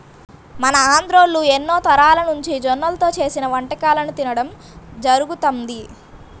మన ఆంధ్రోల్లు ఎన్నో తరాలనుంచి జొన్నల్తో చేసిన వంటకాలను తినడం జరుగతంది